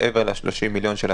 מעבר ל-30 מיליון של הפיתוח,